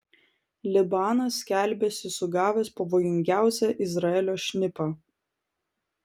libanas skelbiasi sugavęs pavojingiausią izraelio šnipą